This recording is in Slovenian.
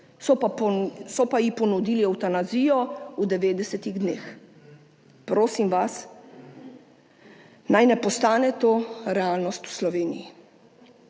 so ji pa ponudili evtanazijo v 90 dneh. Prosim vas, naj ne postane to realnost v Sloveniji.